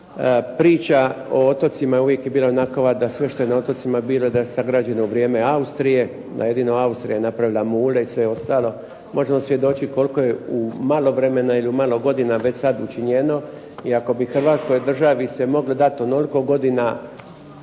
Priča o otocima uvijek je bila onakva, da sve što je na otocima bilo je da je sagrađeno u vrijeme Austrije, da jedino Austrija je napravila mule i sve ostalo. Možemo svjedočiti koliko je u malo vremena ili u malo godina već sad učinjeno i ako bi Hrvatskoj državi se moglo dati onoliko godina,